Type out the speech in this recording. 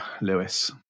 Lewis